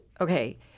okay